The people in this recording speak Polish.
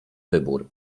wybór